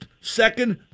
second